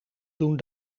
doen